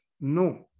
no